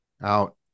out